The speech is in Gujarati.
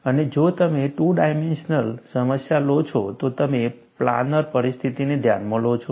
અને જો તમે ટુ ડાયમેન્શનલ સમસ્યા લો છો તો તમે પ્લાનર પરિસ્થિતિને ધ્યાનમાં લો છો